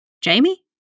Jamie